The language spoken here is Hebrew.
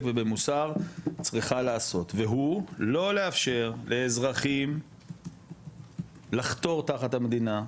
ובמוסר צריכה לעשות והוא לא לאפשר לאזרחים לחתור תחת המדינה,